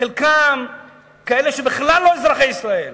חלקם כאלה שבכלל לא אזרחי ישראל.